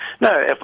No